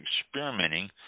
experimenting